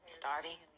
starving